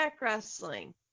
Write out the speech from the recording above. Wrestling